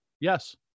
Yes